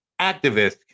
activist